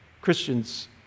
Christians